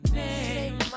name